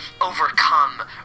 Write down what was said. overcome